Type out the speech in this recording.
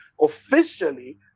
officially